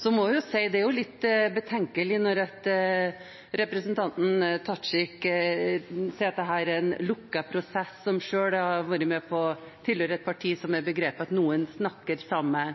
Så må jeg si at det er litt betenkelig når representanten Tajik sier at dette er en lukket prosess, som selv tilhører et parti som har begrepet «at noen har snakket sammen».